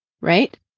Right